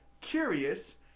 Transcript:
curious